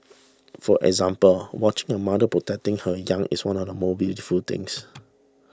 for example watching a mother protecting her young is one of the most beautiful things